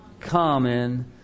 common